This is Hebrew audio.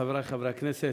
חברי חברי הכנסת,